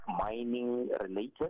mining-related